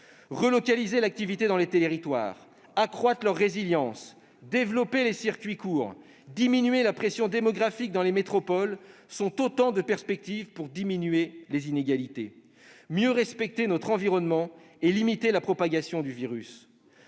Relocaliser l'activité dans les territoires, accroître leur résilience, développer les circuits courts, réduire la pression démographique dans les métropoles sont autant de perspectives pour diminuer les inégalités, mieux respecter notre environnement et limiter la propagation du virus.